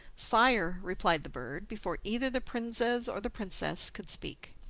sire, replied the bird, before either the princes or the princess could speak,